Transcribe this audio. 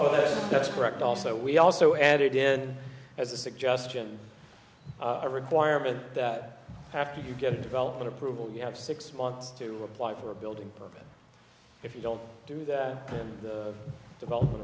over that's correct also we also added in as a suggestion a requirement that after you get developed approval you have six months to apply for a building permit if you don't do that then the development